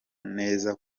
neza